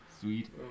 Sweet